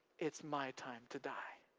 it's my time to die.